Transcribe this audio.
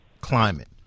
climate